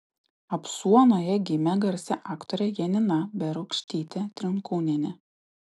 apsuonoje gimė garsi aktorė janina berūkštytė trinkūnienė